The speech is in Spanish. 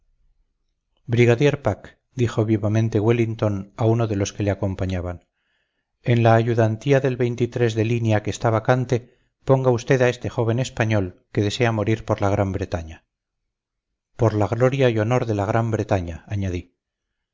dijo vivamente wellington a uno de los que le acompañaban en la ayudantía del de línea que está vacante ponga usted a este joven español que desea morir por la gran bretaña por la gloria y honor de la gran bretaña añadí